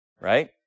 right